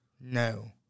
no